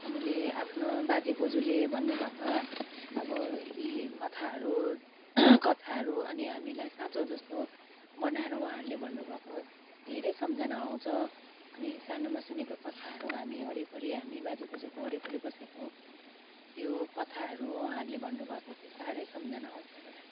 हामीले आफ्नो बाजे बोजूले भन्नु भएको अब ती कथाहरू कथाहरू अनि हामीलाई साँचो जस्तो बनाएर उहाँहरूले भन्नु भएको धेरै सम्झना आउँछ अनि सानामा सुनेको कथाहरू हामी वरिपरि बाजे बोजूको वरिपरि बसेको त्यो कथाहरू उहाँहरूले भन्नुभएको चाहिँ साह्रै सम्झना आउँछ मलाई